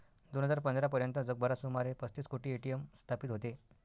दोन हजार पंधरा पर्यंत जगभरात सुमारे पस्तीस कोटी ए.टी.एम स्थापित होते